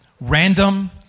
random